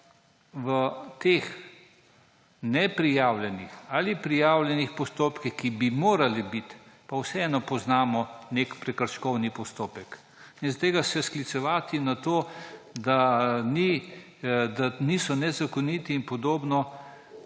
v teh neprijavljenih ali prijavljenih postopkih, ki bi morali biti, pa vseeno poznamo nek prekrškovni postopek. In zaradi tega se sklicevati na to, da niso nezakoniti in podobno,